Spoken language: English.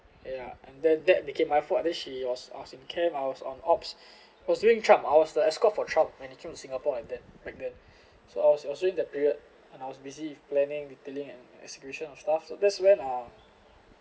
ya and then that became my fault then she was I was in camp I was on ops was during trump I was the escort for trump when he came to singapore like that like that so I was I was during that period and I was busy in planning detailing and execution of stuffs that's when ah